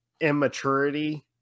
immaturity